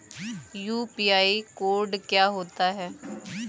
UPI code क्या होता है?